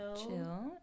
chill